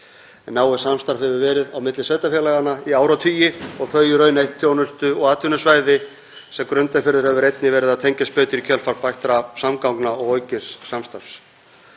Náið samstarf hefur verið á milli sveitarfélaganna í áratugi og þau í raun eitt þjónustu- og atvinnusvæði sem Grundarfjörður hefur einnig verið að tengjast betur í kjölfar bættra samgangna og aukins samstarfs.